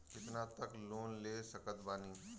कितना तक लोन ले सकत बानी?